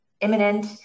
imminent